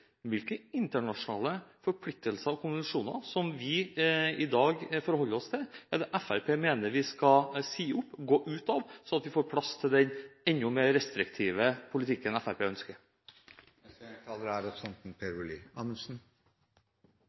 Hvilke internasjonale forpliktelser og konvensjoner som vi i dag forholder oss til, mener Fremskrittspartiet vi skal si opp, gå ut av, sånn at vi får plass til den enda mer restriktive politikken Fremskrittspartiet ønsker? Jeg føler jeg bør svare på spørsmålet til representanten Sivertsen. Jeg mener absolutt det er